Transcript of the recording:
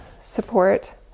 support